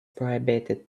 prohibited